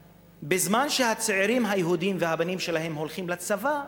שבזמן שהיהודים הצעירים והבנים שלהם הולכים לצבא,